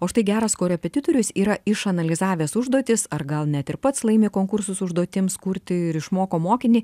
o štai geras korepetitorius yra išanalizavęs užduotis ar gal net ir pats laimi konkursus užduotims kurti ir išmoko mokinį